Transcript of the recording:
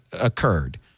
occurred